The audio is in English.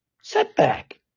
setback